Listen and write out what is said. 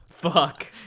fuck